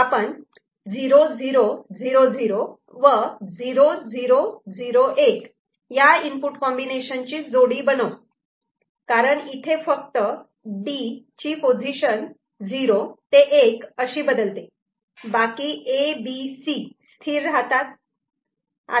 आपण 0 0 0 0 व 0 0 0 1 या इनपुट कॉम्बिनेशन ची जोडी बनवू कारण इथे फक्त D ची पोझिशन '0' ते '1' अशी बदलते बाकी A B C स्थिर राहतात